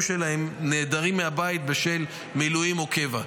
שלהם נעדרים מהבית בשל מילואים או קבע.